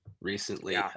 recently